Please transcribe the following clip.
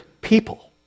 people